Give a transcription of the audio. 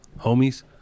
Homies